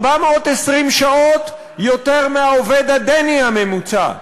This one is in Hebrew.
420 שעות יותר מעובד דני ממוצע,